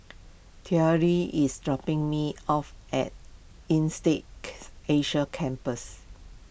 Terri is dropping me off at Insead Asia Campus